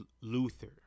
luther